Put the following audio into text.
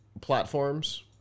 platforms